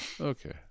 Okay